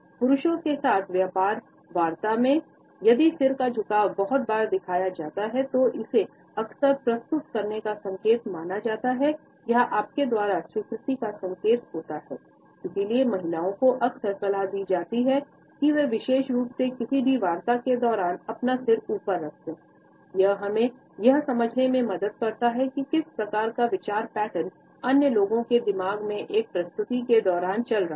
पुरुषों के साथ व्यापार वार्ता में यदि सिर का झुकाव बहुत बार दिखाया जाता है तो इसे अक्सर प्रस्तुत करने का संकेत माना जाता है या आपके द्वारा स्वीकृति का संकेत होता है इसलिए महिलाओं को अक्सर सलाह दी जाती है कि वे विशेष रूप से किसी भी वार्ता के दौरान अपना सिर ऊपर रखें यह हमें यह समझने में भी मदद करता है कि किस प्रकार का विचार पैटर्न अन्य लोगों के दिमाग में एक प्रस्तुति के दौरान चल रहा है